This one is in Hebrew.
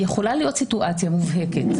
יכולה להיות סיטואציה מובהקת,